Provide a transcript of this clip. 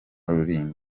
rurinda